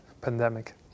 pandemic